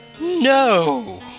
no